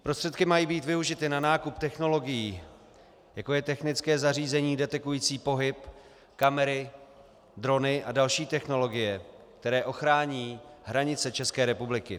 Prostředky mají být využity na nákup technologií, jako je technické zařízení detekující pohyb, kamery, drony a další technologie, které ochrání hranice České republiky.